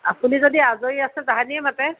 আপুনি যদি আজৰি আছে তাহানিয়ে মাতে